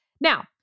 Now